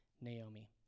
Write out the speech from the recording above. Naomi